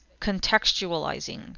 contextualizing